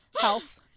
health